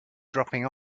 dropping